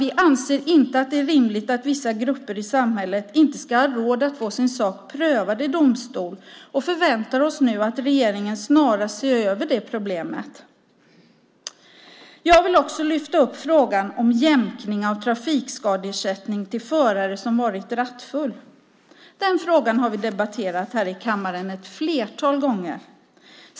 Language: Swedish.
Vi anser inte att det är rimligt att vissa grupper i samhället inte ska ha råd att få sin sak prövad i domstol och förväntar oss nu att regeringen snarast ser över det problemet. Jag vill också lyfta upp frågan om jämkning av trafikskadeersättning till förare som varit rattfulla. Den frågan har vi debatterat här i kammaren ett flertal gånger.